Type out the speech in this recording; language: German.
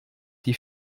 die